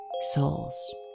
souls